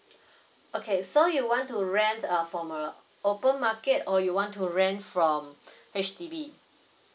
okay so you want to rent from a open market or you want to rent from H_D_B